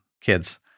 kids